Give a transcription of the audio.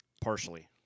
Partially